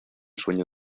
sueño